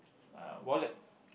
uh wallet